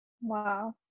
Wow